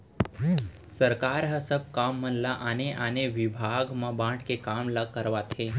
सरकार ह सब काम मन ल आने आने बिभाग म बांट के काम ल करवाथे